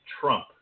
Trump